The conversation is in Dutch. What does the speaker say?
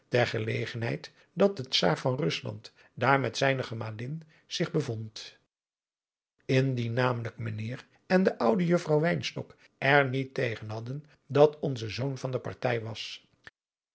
ter gelegenheid dat de czaar van rusland daar met zijne gemalin zich beadriaan loosjes pzn het leven van johannes wouter blommesteyn vond indien namelijk mijnheer en de oude juffrouw wynstok er niet tegen hadden dat onze zoon van de partij was